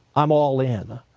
i'm all in.